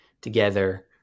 together